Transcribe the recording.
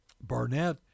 Barnett